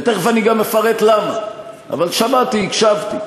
ותכף אני גם אפרט למה, אבל שמעתי, הקשבתי.